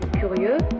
curieux